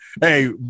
hey